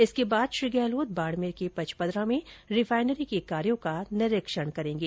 इसके बाद श्री गहलोत बाड़मेर के पचपदरा में रिफाइनरी के कार्यों का निरीक्षण करेंगे